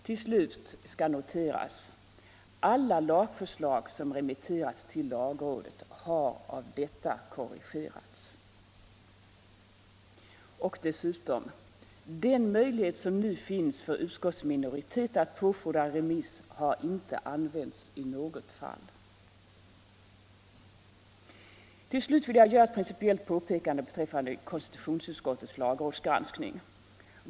Vidare skall noteras: Alla lagförslag som remitterats till lagrådet har av detta korrigerats. Och dessutom: Den möjlighet som nu finns för utskottsminoritet att påfordra remiss har inte använts i något fall. Till slut vill jag göra ett principiellt påpekande beträffande konstitutionsutskottets lagrådsgranskning.